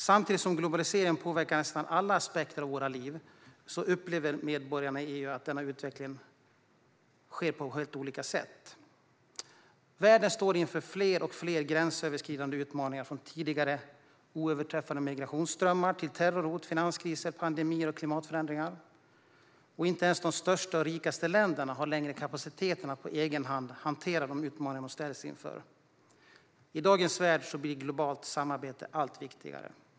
Samtidigt som globaliseringen påverkar nästan alla aspekter av våra liv upplever medborgarna i EU denna utveckling på helt olika sätt. Världen står inför allt fler gränsöverskridande utmaningar, alltifrån tidigare oöverträffade migrationsströmmar till terrorhot, finanskriser, pandemier och klimatförändringar. Inte ens de största och rikaste länderna har längre kapacitet att på egen hand hantera de utmaningar de ställs inför. I dagens värld blir globalt samarbete allt viktigare.